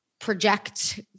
project